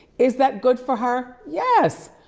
is that good for her? yes,